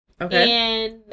Okay